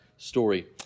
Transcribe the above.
Story